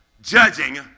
judging